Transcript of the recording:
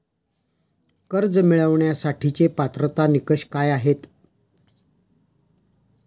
कर्ज मिळवण्यासाठीचे पात्रता निकष काय आहेत?